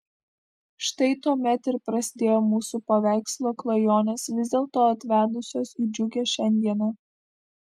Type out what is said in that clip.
štai tuomet ir prasidėjo mūsų paveikslo klajonės vis dėlto atvedusios į džiugią šiandieną